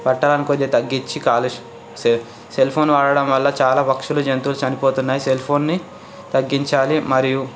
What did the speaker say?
పట్టణం కొంచెం తగ్గించి కాలుష్ సె సెల్ ఫోన్ వాడటం వల్ల చాలా పక్షులు జంతువులు చనిపోతున్నాయి సెల్ ఫోన్ని తగ్గించాలి మరియు